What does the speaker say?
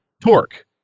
torque